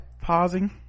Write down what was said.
pausing